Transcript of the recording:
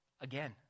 again